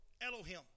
Elohim